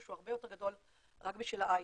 שהוא הרבה יותר גדול מאשר רק בשביל ההייטק.